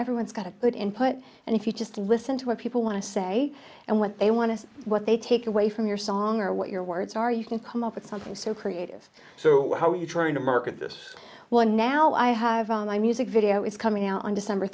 everyone's got a good input and if you just listen to what people want to say and what they want to say what they take away from your song or what your words are you can come up with something so creative so how are you trying to market this one now i have all my music video is coming out on december